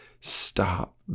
stop